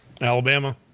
Alabama